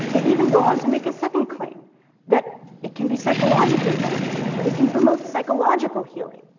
they even go on to make a second claim that it can be psychologically beneficial, that it can promote psychological healing,